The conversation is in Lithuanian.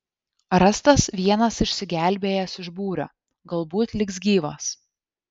rastas vienas išsigelbėjęs iš būrio galbūt liks gyvas